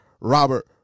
Robert